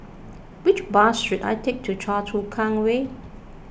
which bus should I take to Choa Chu Kang Way